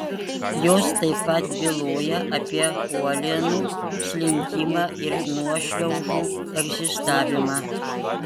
jos taip pat byloja apie uolienų slinkimą ir nuošliaužų egzistavimą